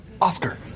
Oscar